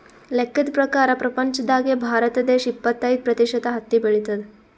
ಲೆಕ್ಕದ್ ಪ್ರಕಾರ್ ಪ್ರಪಂಚ್ದಾಗೆ ಭಾರತ ದೇಶ್ ಇಪ್ಪತ್ತೈದ್ ಪ್ರತಿಷತ್ ಹತ್ತಿ ಬೆಳಿತದ್